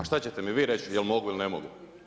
A šta ćete mi vi reći jel mogu ili ne mogu?